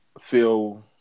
feel